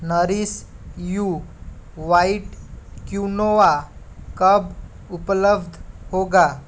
nourish you white quinoa कब उपलब्ध होगा